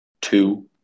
two